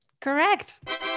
Correct